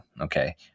Okay